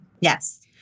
Yes